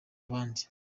abandi